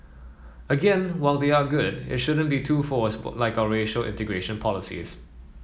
again while they are good it shouldn't be too forced like our racial integration policies